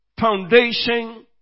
foundation